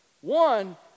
One